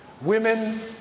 Women